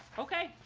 okay.